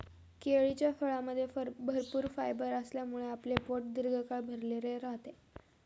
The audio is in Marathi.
केळीच्या फळामध्ये भरपूर फायबर असल्यामुळे आपले पोट दीर्घकाळ भरलेले राहते